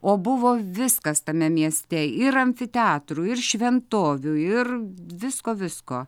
o buvo viskas tame mieste ir amfiteatrų ir šventovių ir visko visko